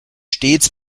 stets